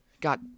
Got